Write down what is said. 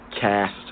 Cast